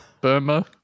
Burma